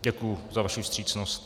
Děkuji za vaši vstřícnost.